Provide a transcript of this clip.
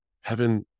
heaven